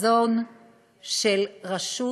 חזון של רשות